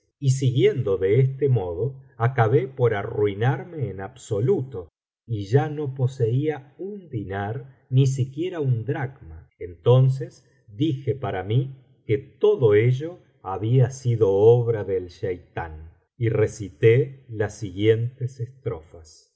y siguiendo de este modo acabé por arruinarme en absoluto y ya no poseía un diñar ni siquiera un dracma entonces dije para mí que todo ello había sido obra decheitán y recité las siguientes estrofas